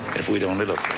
if we'd only look.